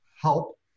help